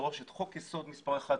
לדרוש את חוק יסוד מספר אחד,